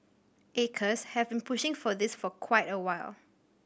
acres has been pushing for this for quite a while